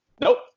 Nope